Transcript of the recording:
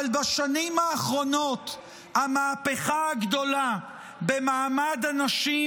אבל בשנים האחרונות המהפכה הגדולה במעמד הנשים